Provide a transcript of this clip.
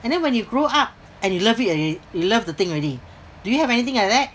and then when you grow up and you love it al~ you love the thing already do you have anything like that